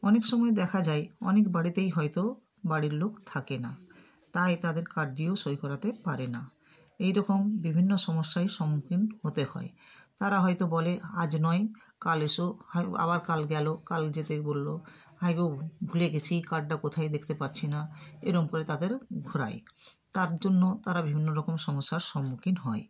অনেক সময় দেখা যায় অনেক বাড়িতেই হয়তো বাড়ির লোক থাকে না তাই তাদের কার্ডটিও সই করাতে পারে না এই রকম বিভিন্ন সমস্যায় সম্মুখীন হতে হয় তারা হয়তো বলে আজ নয় কাল এসো হায় আবার কাল গেলো কাল যেতে বলল হায় গো ভুলে গেছি কার্ডটা কোথায় দেখতে পাচ্ছি না এরকম করে তাদের ঘোরায় তার জন্য তারা বিভিন্ন রকম সমস্যার সম্মুখীন হয়